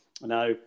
Now